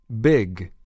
Big